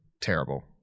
terrible